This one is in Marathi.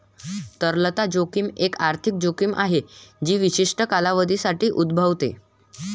तरलता जोखीम एक आर्थिक जोखीम आहे जी विशिष्ट कालावधीसाठी उद्भवते